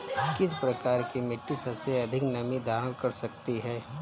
किस प्रकार की मिट्टी सबसे अधिक नमी धारण कर सकती है?